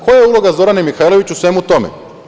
Koja je uloga Zorane Mihajlović u svemu tome?